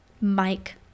Mike